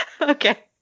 Okay